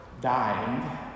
dying